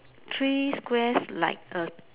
three squares like a